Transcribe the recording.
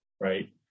right